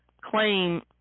claim